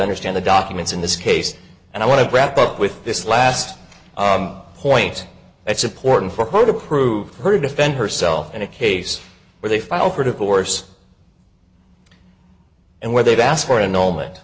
understand the documents in this case and i want to wrap up with this last point it's important for her to prove her to defend herself in a case where they file for divorce and where they've asked for a moment